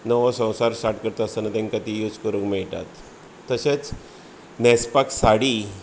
नवो संवसार स्टार्ट करता आसतना तांकां तीं यूज करूंक मेळटात तशेंच न्हेंसपाक साडी